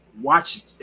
watch